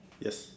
yes